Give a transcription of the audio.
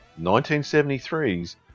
1973's